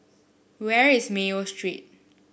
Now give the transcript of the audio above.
where is Mayo Street